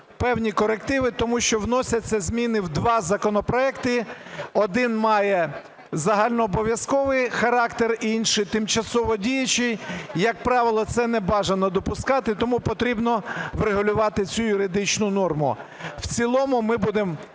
певні корективи, тому що вносяться зміни в два законопроекти. Один – має загальнообов'язковий характер, інший – тимчасово діючий. Як правило, це небажано допускати, тому потрібно врегулювати цю юридичну норму. В цілому ми будемо,